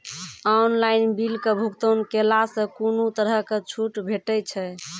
Online बिलक भुगतान केलासॅ कुनू तरहक छूट भेटै छै?